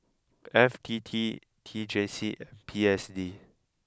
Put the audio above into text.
F T T T J C and P S D